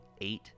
eight